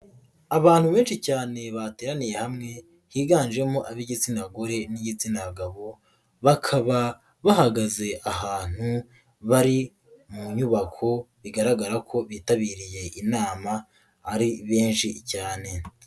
Abantu benshi cyane bateraniye hamwe higanjemo ab'igitsina gore n'igitsina gabo, bakaba bahagaze ahantu bari mu nyubako bigaragara ko bitabiriye inama ari benshi cyane.